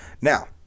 Now